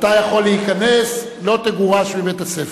אתה יכול להיכנס, לא תגורש מבית-הספר.